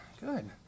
Good